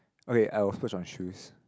okay I will splurge on shoes